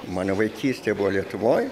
mano vaikystė buvo lietuvoj